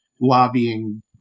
lobbying